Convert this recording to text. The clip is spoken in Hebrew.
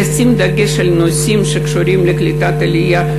אפשרות לשים דגש על נושאים שקשורים לקליטת עלייה,